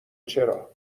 چرا